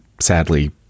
sadly